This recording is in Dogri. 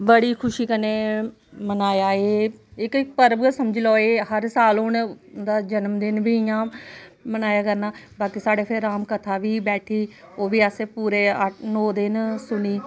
बड़ी खुशी कन्नै मनाया एह् जेह्का इक पर्व गै समझी लैओ एह् हर साल हून उ'दा जन्म दिन बी इयां मनाये करना बाकी साढ़े इत्थे राम कत्था बी बैठी ओह् बी असें पूरे नौ दिन सुनी